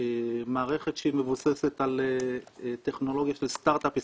מערכת שהיא מבוססת על טכנולוגיה של סטרטאפ ישראלי,